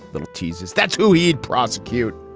little teases. that's who he'd prosecute.